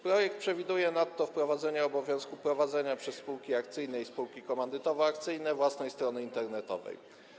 Projekt przewiduje nadto wprowadzenie obowiązku prowadzenia przez spółki akcyjne i spółki komandytowo-akcyjne własnej strony internetowej.